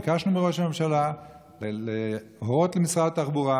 ביקשנו מראש הממשלה להורות למשרד התחבורה: